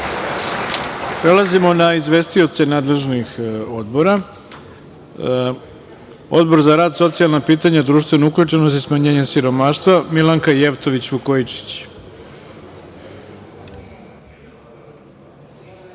Hvala. Prelazimo na izvestioce nadležnih odbora. Odbor za rad, socijalna pitanja, društvenu uključenost i smanjenje siromaštva. Reč ima Milanka Jevtović Vukojičić.